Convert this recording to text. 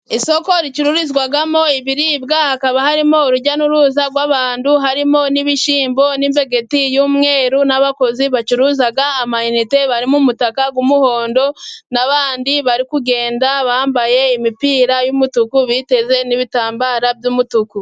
Isoko ricururizwamo ibiribwa, hakaba harimo urujya n'uruza rw'abantu, harimo n'ibishyimbo n'imbegeti y'umweru, n'abakozi bacuruza amayinite bari mu mutaka w'umuhondo, n'abandi bari kugenda bambaye imipira y'umutuku, biteze n'ibitambaro by'umutuku.